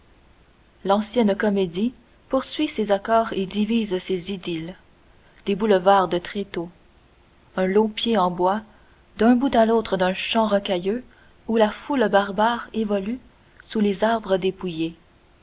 l'ancienne comédie poursuit ses accords et divise ses idylles des boulevards de tréteaux un long pier en bois d'un bout à l'autre d'un champ rocailleux où la foule barbare évolue sous les arbres dépouillés